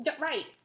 Right